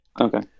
Okay